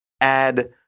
add